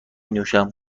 نوشم